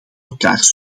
elkaars